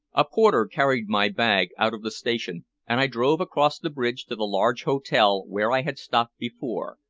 a porter carried my bag out of the station, and i drove across the bridge to the large hotel where i had stopped before,